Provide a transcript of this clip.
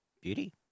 Beauty